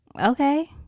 Okay